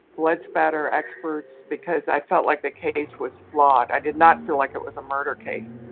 blood spatter experts because i felt like the case was flawed, i did not feel like it was a murder case,